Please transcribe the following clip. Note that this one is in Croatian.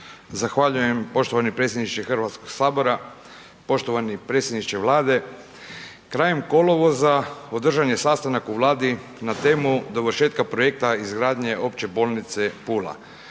Zahvaljujem poštovani predsjedniče Hrvatskoga sabora, poštovani predsjedniče Vlade. Krajem kolovoza održan je sastanak u Vladi na temu dovršetka projekta izgradnje opće bolnice Pula